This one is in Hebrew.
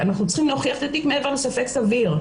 אדוני היושב-ראש,